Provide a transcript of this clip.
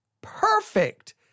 perfect